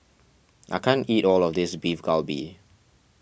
I can't eat all of this Beef Galbi